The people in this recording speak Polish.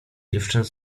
dziewczęta